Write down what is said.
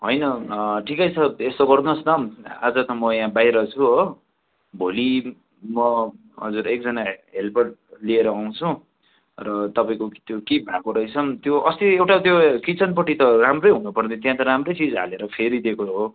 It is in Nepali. होइन ठिकै छ यसो गर्नु होस् न आज त म यहाँ बाहिर छु हो भोलि म हजुर एकजना हेल्पर लिएर आउँछु र तपाईँको त्यो के भएको रहेछ त्यो अस्ति एउटा त्यो किचनपट्टि त राम्रै हुन पर्ने त्यहाँ राम्रै चिज हालेर फेरिदिएको हो